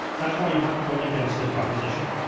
that's why you have to vote against this proposition.